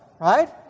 right